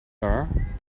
her